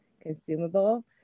consumable